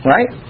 Right